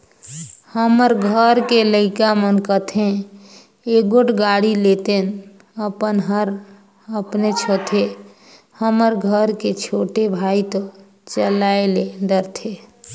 हमर घर के लइका मन कथें एगोट गाड़ी लेतेन अपन हर अपनेच होथे हमर घर के छोटे भाई तो चलाये ले डरथे